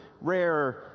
rare